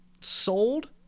sold